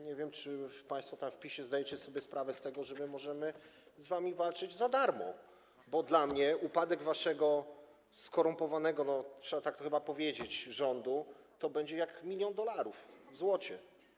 Nie wiem, czy państwo tam w PiS-ie zdajecie sobie sprawę z tego, że my możemy z wami walczyć za darmo, bo dla mnie upadek waszego skorumpowanego, [[Wesołość na sali]] trzeba tak to chyba powiedzieć, rządu będzie jak milion dolarów w złocie.